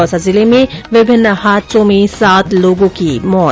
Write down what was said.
दौसा जिले में विभिन्न हादसों में सात लोगों की मौत